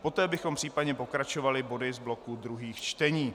Poté bychom případně pokračovali body z bloku druhých čtení.